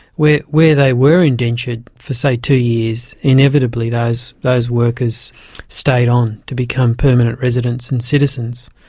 where where they were indentured for, say, two years, inevitably those those workers stayed on to become permanent residents and citizens.